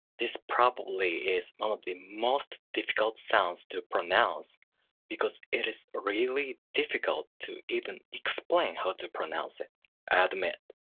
this probably is one of the most difficult sounds to pronounce because it is really difficult to even explain how to pronounce it, i admit.